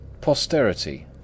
Posterity